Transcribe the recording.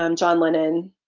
um john lennon,